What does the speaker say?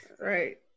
Right